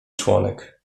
członek